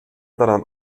daran